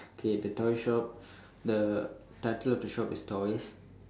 okay the toy shop the title of the shop is toys